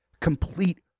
complete